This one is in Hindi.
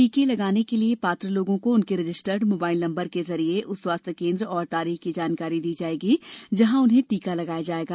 टीके लगाने के लिए पात्र लोगों को उनके रजिस्टर्ड मोबाइल नंबर के जरिए उस स्वास्थ्य केन्द्र और तारीख की जानकारी दी जाएगी जहां उन्हें टीका लगाया जाएगा